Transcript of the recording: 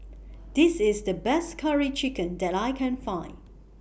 This IS The Best Curry Chicken that I Can Find